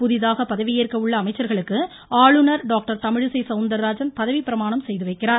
புதிதாக பதவியேற்கவுள்ள அமைச்சர்களுக்கு ஆளுநர் டாக்டர் தமிழிசை சவுந்தராஜன் பதவிப்பிரமாணம் செய்துவைக்கிறார்